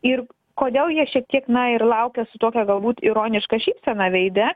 ir kodėl jie šiek tiek na ir laukia su tokia galbūt ironiška šypsena veide